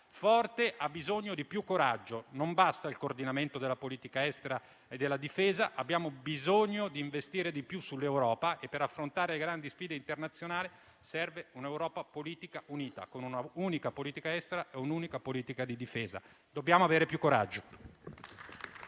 forte ha bisogno di più coraggio: non basta il coordinamento della politica estera e della difesa, ma abbiamo bisogno di investire di più sull'Europa. Per affrontare le grandi sfide internazionali serve un'Europa politica unita, con un'unica politica estera e un'unica politica di difesa. Dobbiamo avere più coraggio.